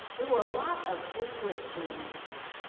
there were a lot of desperate groups,